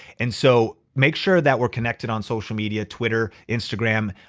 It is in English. and so make sure that we're connected on social media, twitter, instagram.